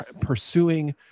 pursuing